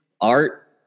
art –